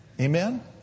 Amen